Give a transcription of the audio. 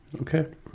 Okay